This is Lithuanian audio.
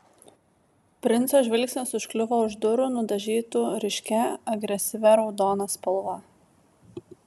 princo žvilgsnis užkliuvo už durų nudažytų ryškia agresyvia raudona spalva